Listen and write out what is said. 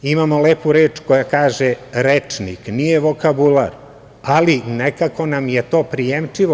Imamo lepu reč koja kaže – rečnik, nije vokabular, ali nekako nam je to prijemčivo.